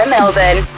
Melbourne